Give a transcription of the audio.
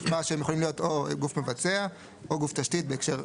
נשמע שהם יכולים להיות גוף מבצע או גוף תשתית בהקשר,